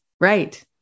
Right